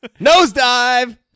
Nosedive